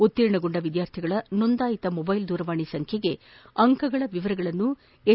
ಉತ್ತೀರ್ಣಗೊಂಡ ವಿದ್ಯಾರ್ಥಿಗಳ ನೋಂದಾಯಿತ ಮೊಬ್ನೆಲ್ ದೂರವಾಣಿ ಸಂಖ್ಲೆಗೆ ಅಂಕಗಳ ವಿವರವನ್ನು ಎಸ್